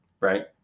right